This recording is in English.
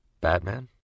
Batman